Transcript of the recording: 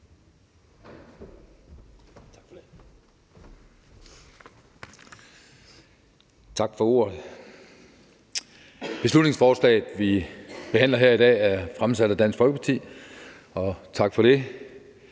Tak for ordet. Det beslutningsforslag, vi behandler her i dag, er fremsat af Dansk Folkeparti, og tak for det.